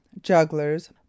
jugglers